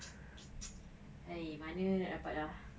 eh eh mana nak dapat ah